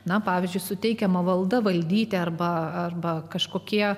na pavyzdžiui suteikiama valda valdyti arba arba kažkokie